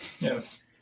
Yes